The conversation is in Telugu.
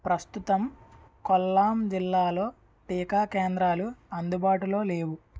ప్రస్తుతం కొల్లాం జిల్లాలో టీకా కేంద్రాలు అందుబాటులో లేవు